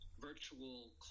virtual